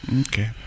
okay